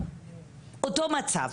אותו מצב.